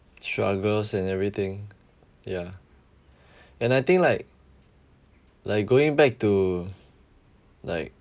struggles and everything ya and I think like like going back to like